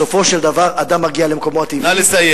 בסופו של דבר אדם מגיע למקומו הטבעי.